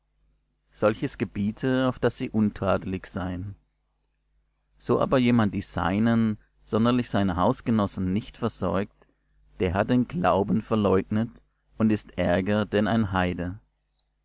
solches gebiete auf daß sie untadelig seien so aber jemand die seinen sonderlich seine hausgenossen nicht versorgt der hat den glauben verleugnet und ist ärger denn ein heide